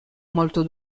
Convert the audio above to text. molto